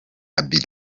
abidjan